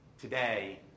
Today